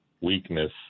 weakness